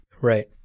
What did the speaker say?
Right